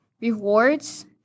rewards